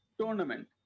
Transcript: tournament